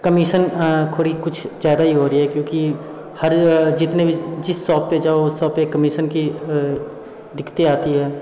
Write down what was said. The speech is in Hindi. कमिशन खोरी कुछ ज़्यादा ही हो रही है क्योंकि हर जितने भी जिस शॉप पे जाओ उस शॉप पे कमिसन की दिक्कतें आती है